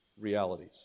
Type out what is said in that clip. realities